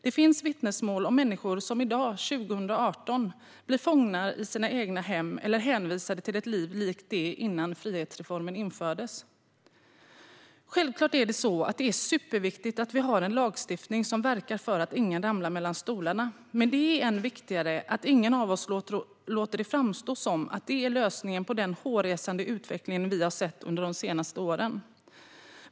Det finns vittnesmål om människor som i dag, 2018, blir fångar i sina egna hem eller hänvisade till ett liv likt det innan frihetsreformen infördes. Självklart är det superviktigt att det finns en lagstiftning som verkar för att ingen ska ramla mellan stolarna, men det är än viktigare att ingen av oss låter det framstå som att det är lösningen på den hårresande utveckling vi har sett under de senaste åren.